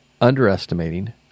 underestimating